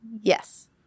yes